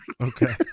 Okay